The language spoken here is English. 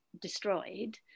destroyed